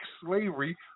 slavery